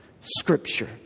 Scripture